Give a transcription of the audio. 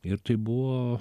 ir tai buvo